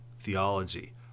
theology